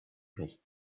gris